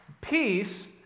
peace